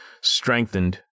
strengthened